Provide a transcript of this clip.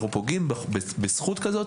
פוגעים בזכות כזאת,